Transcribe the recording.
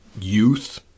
youth